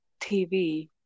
TV